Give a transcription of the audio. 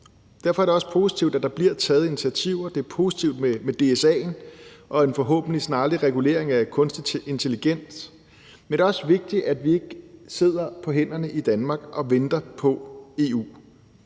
Derfor er det også positivt, at der bliver taget initiativer. Det er positivt med DSA'en og en forhåbentlig snarlig regulering af kunstig intelligens. Men det er også vigtigt, at vi ikke sidder på hænderne i Danmark og venter på EU.